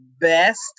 best